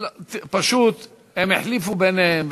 פשוט הם החליפו ביניהם,